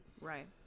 Right